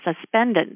suspended